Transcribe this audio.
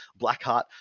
Blackheart